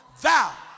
thou